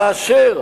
כאשר